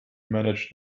manage